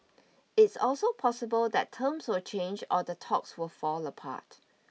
it's also possible that terms will change or the talks will fall apart